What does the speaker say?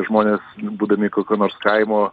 žmonės būdami kokio nors kaimo